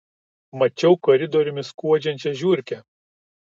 mačiau koridoriumi skuodžiančią žiurkę